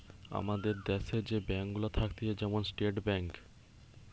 আমাদের দ্যাশে যে ব্যাঙ্ক গুলা থাকতিছে যেমন স্টেট ব্যাঙ্ক